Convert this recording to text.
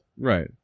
right